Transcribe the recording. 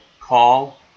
call